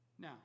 Now